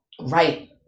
right